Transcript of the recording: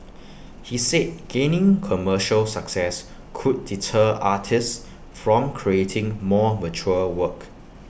he said gaining commercial success could deter artists from creating more mature work